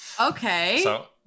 okay